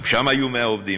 גם שם היו 100 עובדים.